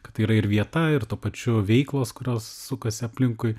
kad tai yra ir vieta ir tuo pačiu veiklos kurios sukasi aplinkui